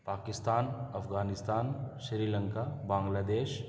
پاکستان افغانستان سری لنکا بانگلہ دیش